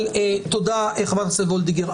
תודה, חברת הכנסת וולדיגר.